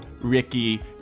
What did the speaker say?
Ricky